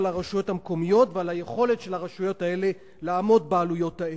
הרשויות המקומיות ועל היכולת של הרשויות האלה לעמוד בעלויות האלה,